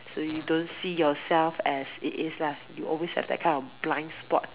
so you don't see yourself as it is lah you always have that kind of blind spot